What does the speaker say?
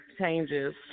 changes